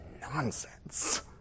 nonsense